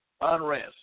unrest